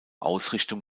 ausrichtung